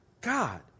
God